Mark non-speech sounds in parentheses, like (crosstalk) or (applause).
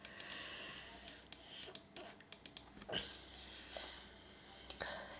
(noise)